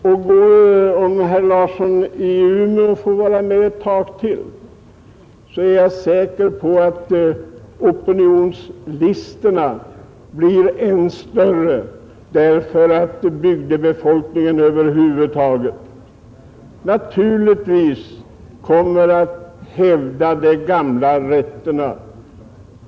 Om herr Larsson i Umeå får vara med ett tag till, är jag säker på att opinionslistorna blir än större, eftersom bygdebefolkningen över huvud taget naturligtvis kommer att hävda de gamla rättigheterna.